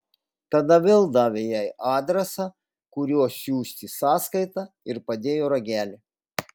tada vėl davė jai adresą kuriuo siųsti sąskaitą ir padėjo ragelį